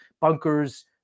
bunkers